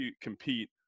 compete